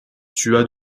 tua